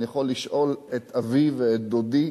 אני יכול לשאול את אבי ואת דודי,